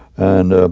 and